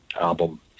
album